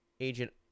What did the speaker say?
agent